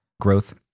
growth